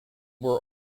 were